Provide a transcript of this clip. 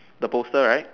the poster right